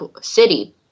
city